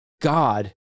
God